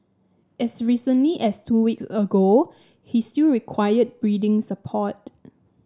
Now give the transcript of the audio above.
as recently as two weeks ago he still required breathing support